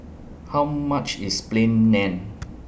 How much IS Plain Naan